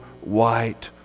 white